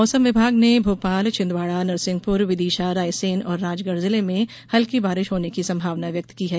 मौसम विभाग ने भोपाल छिदवाडा नरसिंहपुर विदिशा रायसेन और राजगढ़ जिले में हल्की बारिश होने की संभावना व्यक्त की है